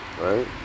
right